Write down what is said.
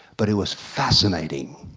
but it was fascinating.